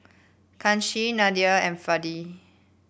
Kanshi Neila and Fali